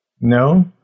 No